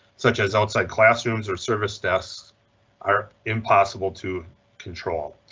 such as outside classrooms or service desks are impossible to control.